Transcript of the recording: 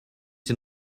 den